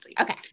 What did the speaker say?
Okay